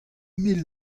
mil